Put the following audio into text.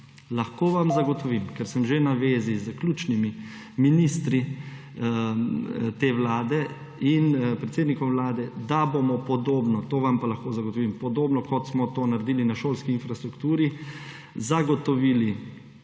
Lahko vam zagotovim, ker sem že na vezi s ključnimi ministri te vlade in predsednikom Vlade, da bomo podobno, to vam pa lahko zagotovim, podobno, kot smo to naredili na šolski infrastrukturi, zagotovili